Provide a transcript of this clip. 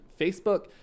Facebook